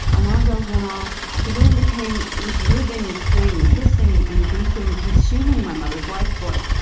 alarm bells went off, the room became this living thing, hissing and beeping, consuming my mother's life blood.